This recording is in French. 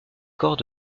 corps